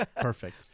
perfect